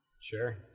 Sure